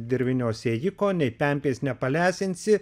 dirvinio sėjiko nei pempės nepalesinsi